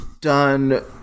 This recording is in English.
done